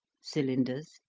cylinders,